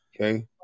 Okay